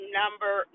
number